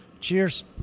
Cheers